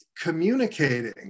communicating